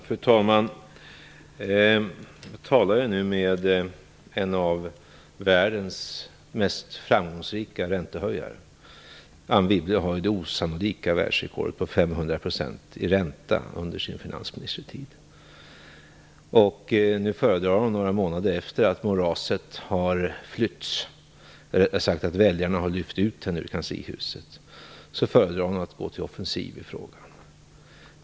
Fru talman! Jag talar nu med en av världens mest framgångsrika räntehöjare. Anne Wibble har det osannolika världsrekordet på 500 % i ränta under sin finansministertid. Några månader efter det att moraset har flytts, eller rättare sagt efter det att väljarna har lyft ut henne ur kanslihuset, föredrar hon att gå till offensiv i frågan.